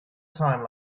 time